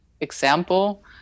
example